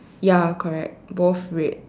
ya correct both red